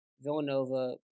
Villanova